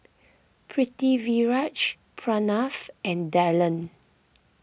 Pritiviraj Pranav and Dhyan